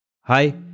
Hi